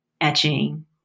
etching